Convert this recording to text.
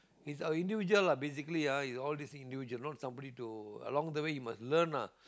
it's a individual lah basically all this individual you know somebody to along the way you must learn lah